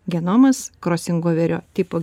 genomas krosingoverio tipo